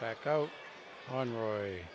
back out on roy